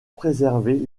préserver